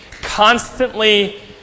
Constantly